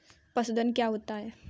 पशुधन क्या होता है?